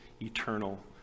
eternal